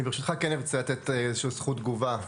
ברשותך, אני כן אתן זכות תגובה.